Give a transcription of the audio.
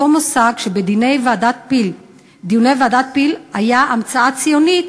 אותו מושג שבדיוני ועדת פיל היה המצאה ציונית